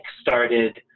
started